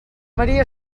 maria